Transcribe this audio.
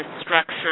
structure